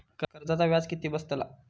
कर्जाचा व्याज किती बसतला?